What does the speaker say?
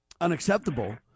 unacceptable